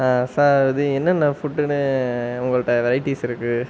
sir இது என்னென்ன ஃபுட்டுன்னு உங்கள்கிட்ட வெரைட்டிஸ் இருக்கு